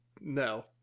No